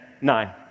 nine